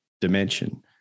dimension